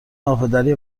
ناپدری